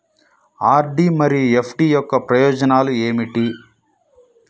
RD మరియు FD యొక్క ప్రయోజనాలు ఏమిటి?